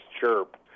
chirp